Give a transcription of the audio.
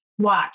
watch